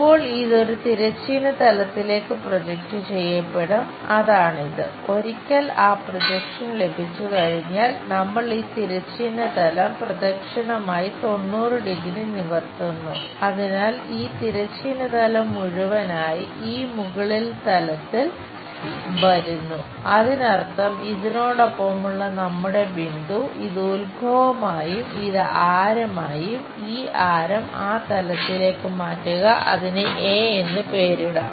ഇപ്പോൾ ഇത് ഒരു തിരശ്ചീന തലത്തിലേക്ക് പ്രൊജക്റ്റ് എന്ന് പേരിടാം